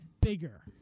bigger